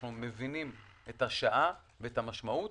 אנו מבינים את השעה ואת המשמעות.